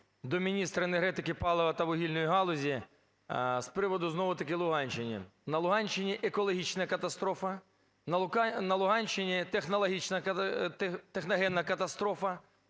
до міністра енергетики, палива та вугільної галузі з приводу, знову-таки, Луганщини. На Луганщині екологічна катастрофа. На Луганщині техногенна катастрофа.